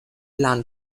land